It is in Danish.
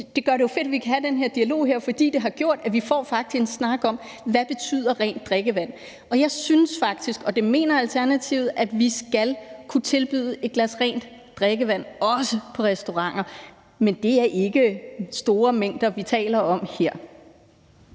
Det er jo fedt, at vi kan have den her dialog her, for det gør, at vi faktisk får en snak om, hvad rent drikkevand betyder. Jeg synes faktisk – og det mener Alternativet – at vi skal kunne tilbyde et glas rent drikkevand, også på restauranter, men det er ikke store mængder, vi taler om her.